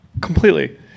completely